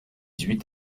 huit